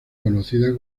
conocida